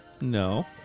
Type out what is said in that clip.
No